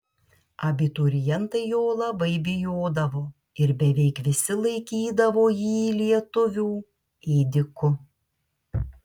abiturientai jo labai bijodavo ir beveik visi laikydavo jį lietuvių ėdiku